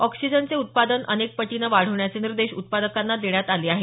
ऑक्सीजनचे उत्पादन अनेक पटीने वाढवण्याचे निर्देश उत्पादकांना देण्यात आले आहेत